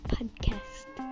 Podcast